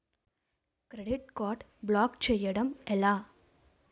Credit card block చేయడం ఎలా?